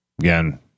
Again